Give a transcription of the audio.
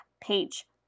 page